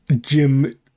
Jim